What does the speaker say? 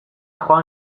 joan